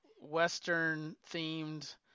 Western-themed